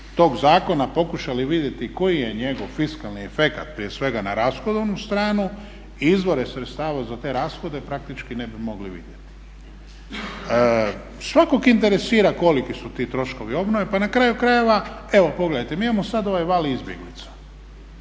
tog zakona pokušali vidjeti koji je njegov fiskalni efekat prije svega na rashodovnu stranu, izvore sredstava za te rashode praktički ne bi mogli vidjeti. Svakog interesira koliki su ti troškovi obnove pa na kraju krajeva evo pogledajte mi sada ovaj val izbjeglica,